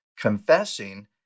confessing